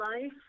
life